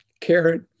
Carrot